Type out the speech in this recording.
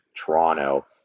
Toronto